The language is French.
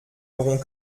n’aurons